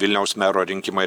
vilniaus mero rinkimai